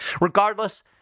Regardless